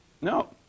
No